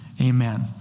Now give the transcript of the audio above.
Amen